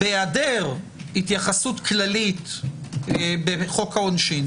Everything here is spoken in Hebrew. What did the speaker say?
בהיעדר התייחסות כללית בחוק העונשין